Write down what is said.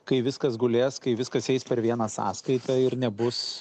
kai viskas gulės kai viskas eis per vieną sąskaitą ir nebus